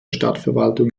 stadtverwaltung